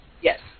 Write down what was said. Yes